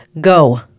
Go